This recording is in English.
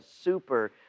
super